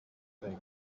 thing